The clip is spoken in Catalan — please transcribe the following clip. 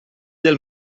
del